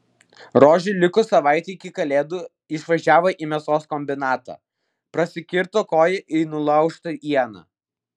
rožė likus savaitei iki kalėdų išvažiavo į mėsos kombinatą prasikirto koją į nulaužtą ieną